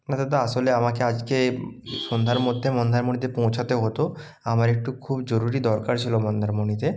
না দাদা আসলে আমাকে আজকে সন্ধ্যার মধ্যে মন্দারমণিতে পৌঁছাতে হতো আমার একটু খুব জরুরি দরকার ছিলো মন্দারমণিতে